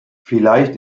vielleicht